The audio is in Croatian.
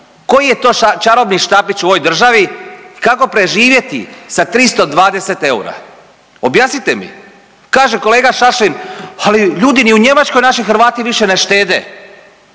koji je to čarobni štapić u ovoj državi kako preživjeti sa 320 eura. Objasnite mi. Kaže kolega Šašlin ali ljudi ni u Njemačkoj naši Hrvati više ne štede,